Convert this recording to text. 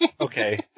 Okay